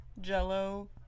Jello